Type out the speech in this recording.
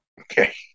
Okay